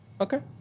Okay